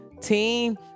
team